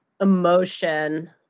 emotion